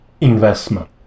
investment